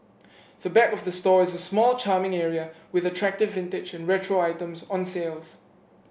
the back of the store is a small charming area with attractive vintage and retro items on sales